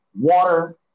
water